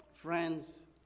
Friends